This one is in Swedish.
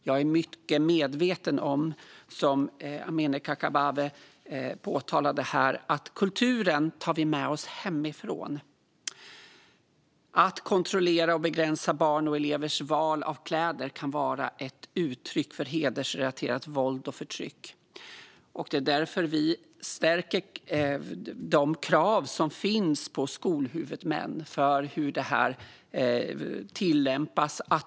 Jag är mycket medveten om, som Amineh Kakabaveh påpekade här, att vi tar med oss kulturen hemifrån. Att kontrollera och begränsa barns och elevers val av kläder kan vara ett uttryck för hedersrelaterat våld och förtryck. Det är därför vi stärker de krav som finns på skolhuvudmän för hur det här tillämpas.